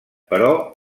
però